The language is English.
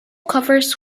covers